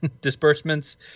disbursements